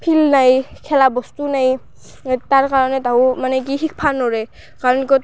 field নাই খেলা বস্তু নাই তাৰ কাৰণে তাহো মানে কি শিখবা নৰে কাৰণ ক'ত